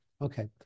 Okay